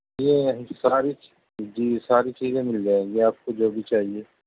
جی جی ساری چیزیں مل جائیں گی آپ کو جو بھی چاہیے